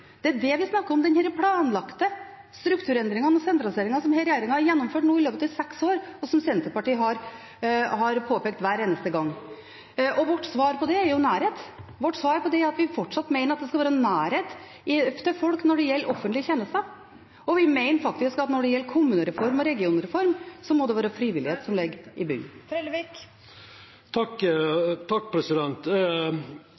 Det er det vi snakker om – den planlagte strukturendringen og sentraliseringen som denne regjeringen har gjennomført nå i løpet av seks år, og som Senterpartiet har påpekt hver eneste gang. Vårt svar på det er nærhet. Vi mener at det fortsatt skal være nærhet til folk når det gjelder offentlige tjenester. Og vi mener at når det gjelder kommunereform og regionreform, må det være frivillighet som ligger i